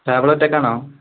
table ഒറ്റക്കാണോ